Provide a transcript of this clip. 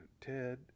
Ted